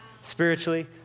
Spiritually